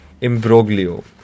Imbroglio